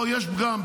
פה יש פגם.